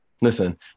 Listen